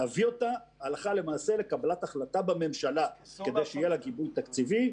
להביא אותה הלכה למעשה לקבלת החלטה בממשלה כדי שיהיה לה גיבוי תקציבי,